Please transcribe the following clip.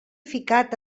ficat